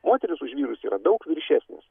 moterys už vyrus yra daug viršesnės